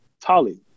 Tali